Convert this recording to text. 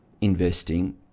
investing